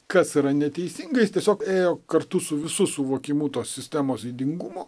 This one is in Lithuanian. kas yra neteisinga jis tiesiog ėjo kartu su visu suvokimu tos sistemos ydingumo